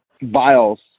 vials